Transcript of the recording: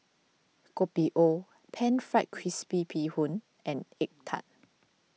Kopi O Pan Fried Crispy Bee Hoon and Egg Tart